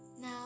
Now